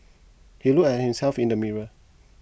he looked at himself in the mirror